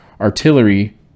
artillery